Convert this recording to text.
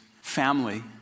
family